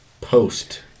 post-